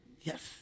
yes